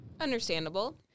understandable